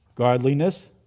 Godliness